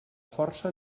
força